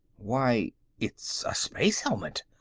why it's a space helmet!